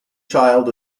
child